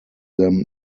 them